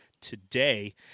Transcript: today